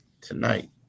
tonight